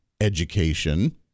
education